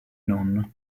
non